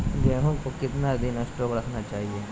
गेंहू को कितना दिन स्टोक रखना चाइए?